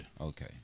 Okay